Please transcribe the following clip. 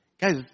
Guys